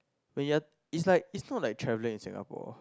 when you're is like is not like travelling in Singapore